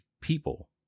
people